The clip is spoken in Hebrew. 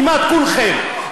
כמעט כולכם,